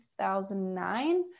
2009